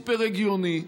סופר הגיוני,